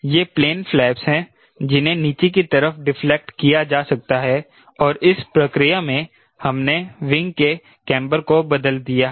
ये plain flaps हैं जिन्हें नीचे की तरफ डिफ्लेक्ट किया जा सकता है और इस प्रक्रिया में हमने विंग के कैंबर को बदल दिया है